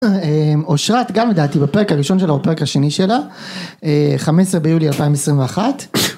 אושרת גם לדעתי בפרק הראשון שלה או בפרק השני שלה 15 ביולי 2021